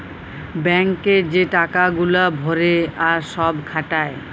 bank এ যে টাকা গুলা ভরে আর সব খাটায়